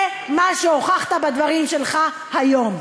זה מה שהוכחת בדברים שלך היום.